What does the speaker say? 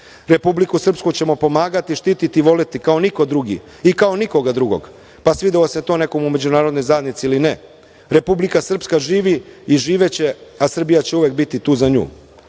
Republiku Srpsku ćemo pomagati, štititi i voleti kao niko drugi i kao nikoga drugog, pa svidelo se to nekom u međunarodnoj zajednici ili ne. Republika Srpska živi i živeće, a Srbija će uvek biti tu za